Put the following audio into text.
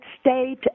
state